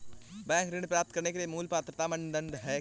Bank ऋण प्राप्त करने के लिए मूल पात्रता मानदंड क्या हैं?